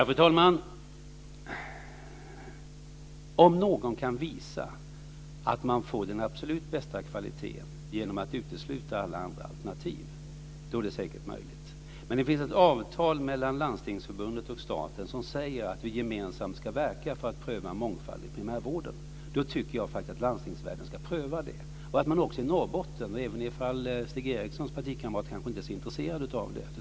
Fru talman! Om någon kan visa att man får den absolut bästa kvaliteten genom att utesluta alla andra alternativ så är detta säkert möjligt. Men det finns ett avtal mellan Landstingsförbundet och staten som säger att vi gemensamt ska verka för att pröva en mångfald i primärvården, och därför tycker jag att landstingsvärlden ska pröva det - även i Norrbotten, även om Stig Erikssons partikamrater kanske inte är så intresserade av det.